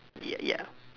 yeah yeah